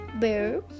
bear